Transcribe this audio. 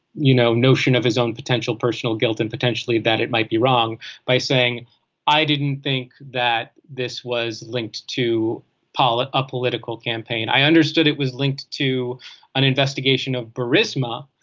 you know notion of his own potential personal guilt and potentially that it might be wrong by saying i didn't think that this was linked to pollard a political campaign. i understood it was linked to an investigation of but charisma.